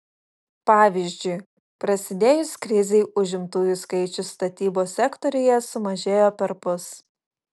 pavyzdžiui prasidėjus krizei užimtųjų skaičius statybos sektoriuje sumažėjo perpus